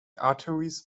arteries